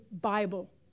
Bible